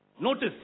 Notice